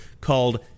called